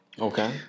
Okay